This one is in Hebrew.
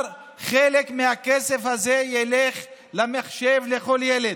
חלק מהכסף הזה ילך למחשב לכל ילד,